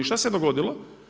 I šta se dogodilo?